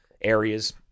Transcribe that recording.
areas